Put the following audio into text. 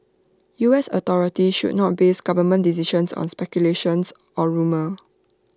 U S authorities should not base government decisions on speculations or rumour